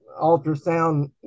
ultrasound